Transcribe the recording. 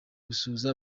gusuhuza